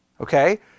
Okay